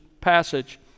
passage